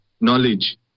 Knowledge